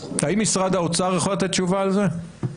האם משרד האוצר יכול לתת תשובה על זה?